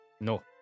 No